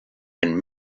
and